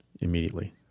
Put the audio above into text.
immediately